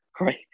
Right